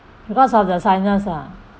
because of the sinus lah